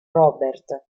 robert